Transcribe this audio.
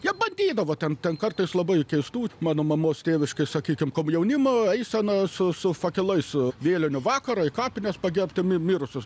jie bandydavo ten ten kartais labai keistų mano mamos tėviškėj sakykim komjaunimo eisena su su fakelais vėlinių vakarą į kapines pagerbti mi mirusius